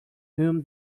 whom